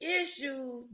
issues